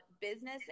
business